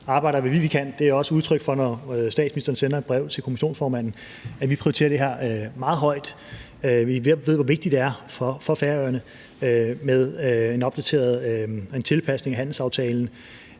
arbejder alt, hvad vi kan. Det er det også udtryk for, når statsministeren sender et brev til kommissionsformanden, altså at vi prioriterer det her meget højt. Jeg ved, hvor vigtigt det er for Færøerne med en opdatering og en tilpasning af handelsaftalen.